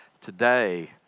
Today